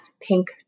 Pink